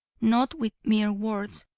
not with mere words,